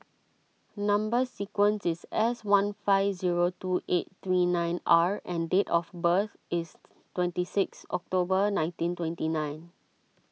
Number Sequence is S one five zero two eight three nine R and date of birth is twenty six October nineteen twenty nine